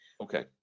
Okay